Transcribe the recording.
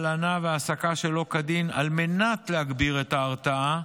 הלנה והעסקה שלא כדין על מנת להגביר את ההרתעה.